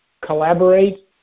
collaborate